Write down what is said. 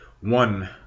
one